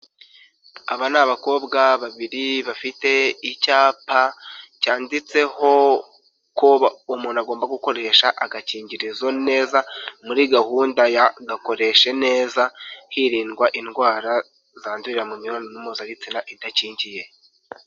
Aba ni abakobwa babiri bafite icyapa cyanditseho ko umuntu agomba gukoresha agakingirizo neza, muri gahunda ya Gakoreshe neza, hirindwa indwara zandurira mu mibonano mpuzabitsina idakingiye.